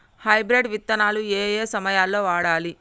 Hybrid విత్తనాలు ఏయే సమయాల్లో వాడాలి?